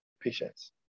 patience